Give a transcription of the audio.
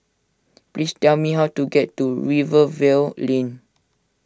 please tell me how to get to Rivervale Lane